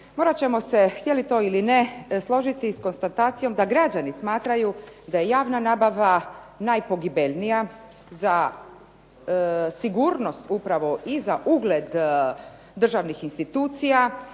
Prvo ćemo se, htjeli to ili ne, složiti s konstatacijom da građani smatraju da je javna nabava najpogibeljnija za sigurnost upravo i za ugled državnih institucija,